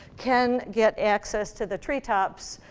can get access to the treetops.